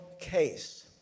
case